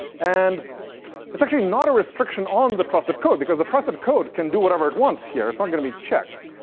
and it's actually not a restriction on the trusted code, because the trusted code can do whatever it wants here. it's not going to be checked.